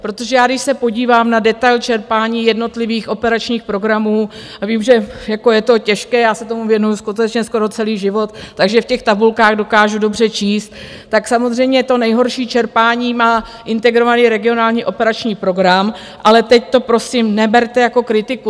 Protože já když se podívám na detail čerpání jednotlivých operačních programů a vím, že jako je to těžké, já se tomu věnuji skutečně skoro celý život, takže v těch tabulkách dokážu dobře číst, tak samozřejmě to nejhorší čerpání má Integrovaný regionální operační program, ale teď to prosím neberte jako kritiku.